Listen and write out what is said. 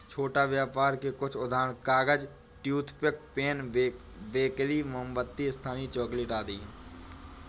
छोटा व्यापर के कुछ उदाहरण कागज, टूथपिक, पेन, बेकरी, मोमबत्ती, स्थानीय चॉकलेट आदि हैं